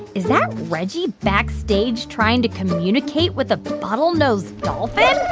is that reggie backstage trying to communicate with a bottlenose dolphin?